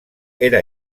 era